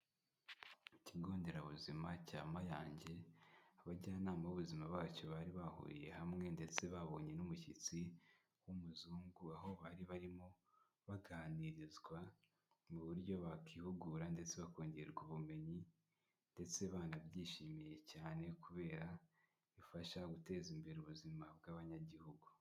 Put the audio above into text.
Ikigo nderabuzima cya mayange abajyanama b'ubuzima bacyo bari bahuriye hamwe ndetse babonye n'umushyitsi w'umuzungu aho bari barimo baganirizwa mu buryo bakihugura ndetse bakongererwa ubumenyi ndetse banabyishimiye cyane kubera bifasha guteza imbere ubuzima bw'abanyagihugu.